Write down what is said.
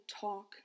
talk